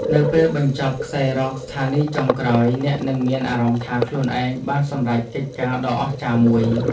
នៅពេលបញ្ចប់ខ្សែរ៉កស្ថានីយចុងក្រោយ អ្នកនឹងមានអារម្មណ៍ថាខ្លួនឯងបានសម្រេចកិច្ចការដ៏អស្ចារ្យមួយ។